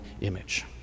image